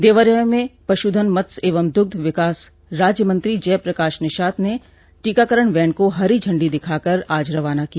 देवरिया में पशुधन मत्स्य एवं दुग्ध विकास राज्य मंत्री जय प्रकाश निषाद ने टीकाकरण वैन को हरी झंडी दिखाकर आज रवाना किया